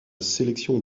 sélection